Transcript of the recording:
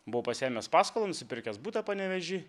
buvau pasiėmęs paskolą nusipirkęs butą panevėžyj